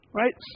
right